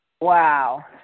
wow